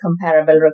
comparable